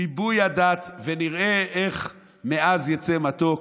ריבוי הדת, ונראה איך מעז יצא מתוק